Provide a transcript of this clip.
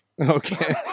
Okay